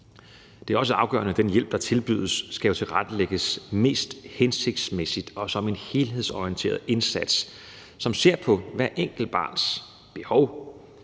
Det er jo også afgørende, at den hjælp, der tilbydes, skal tilrettelægges mest hensigtsmæssigt og som en helhedsorienteret indsats, som ser på hvert enkelt barns behov,